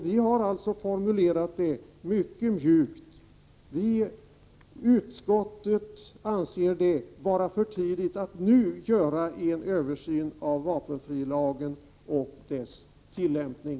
Vi har också formulerat den mycket mjukt när vi sagt att utskottet anser det vara för tidigt att nu göra en översyn av vapenfrilagen och dess tillämpning.